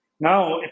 now